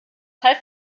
heißt